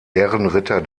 ehrenritter